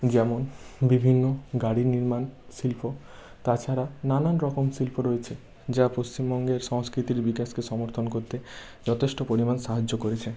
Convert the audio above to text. যেমন বিভিন্ন গাড়ি নির্মাণ শিল্প তাছাড়া নানান রকম শিল্প রয়েছে যা পশ্চিমবঙ্গের সংস্কৃতির বিকাশকে সমর্থন করতে যতেষ্ট পরিমাণ সাহায্য করেছে